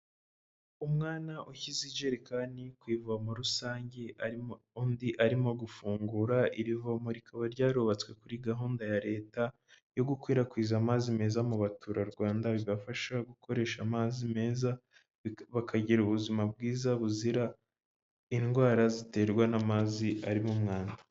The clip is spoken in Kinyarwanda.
Umwana ushyize ijerekani ku ivomo rusange, undi arimo gufungura, iri vomo rikaba ryarubatswe kuri gahunda ya leta yo gukwirakwiza amazi meza mu baturarwanda, bigafasha gukoresha amazi meza, bakagira ubuzima bwiza buzira indwara ziterwa n'amazi arimo umwanda.